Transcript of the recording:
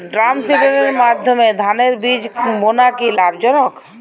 ড্রামসিডারের মাধ্যমে ধানের বীজ বোনা কি লাভজনক?